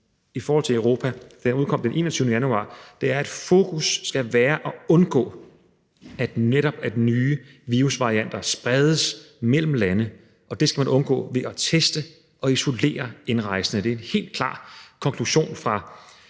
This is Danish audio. risikoen i Europa, der udkom den 21. januar, at fokus skal være at undgå, at netop nye virusvarianter spredes mellem lande, og at det skal man undgå ved at teste og isolere indrejsende. Det er en helt klar konklusion fra